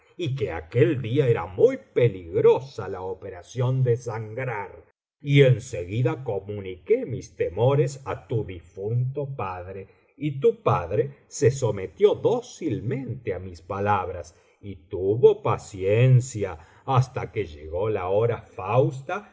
y que aquel día era muy peligrosa la operación de sangrar y en seguida comuniqué mis temores á tu difunto padre y tu padre se sometió dócilmente á mis palabras y tuvo paciencia hasta que llegó la hora fausta